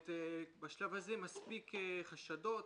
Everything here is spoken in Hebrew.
בשלב הזה מספיקים חשדות,